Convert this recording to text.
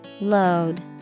Load